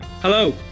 Hello